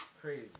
Crazy